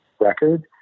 record